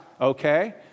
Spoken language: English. okay